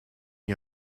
you